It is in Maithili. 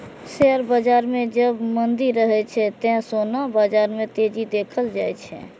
शेयर बाजार मे जब मंदी रहै छै, ते सोना बाजार मे तेजी देखल जाए छै